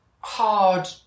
hard